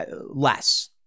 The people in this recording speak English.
less